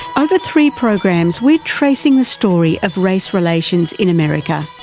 over three programs we're tracing the story of race relations in america.